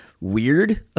weird